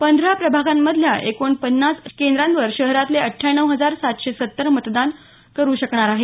पंधरा प्रभागांमधल्या एकोणपन्नास केंद्रांवर शहरातले अठ्ठावण्ण हजार सातशे सत्तर मतदार मतदान करू शकणार आहेत